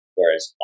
Whereas